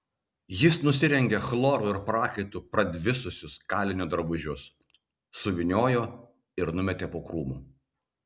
jis nusirengė chloru ir prakaitu pradvisusius kalinio drabužius suvyniojo ir numetė po krūmu